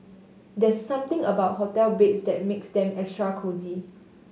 there's something about hotel beds that makes them extra cosy